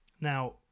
Now